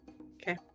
Okay